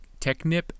Technip